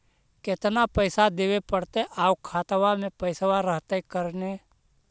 केतना पैसा देबे पड़तै आउ खातबा में पैसबा रहतै करने?